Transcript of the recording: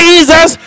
Jesus